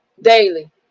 daily